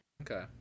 okay